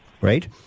right